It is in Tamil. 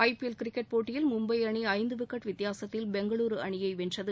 ஐபிஎல் கிரிக்கெட் போட்டியில் மும்பை அணி ஐந்து விக்கெட் வித்தியாசத்தில் பெங்களுரு அணியை வென்றது